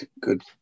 good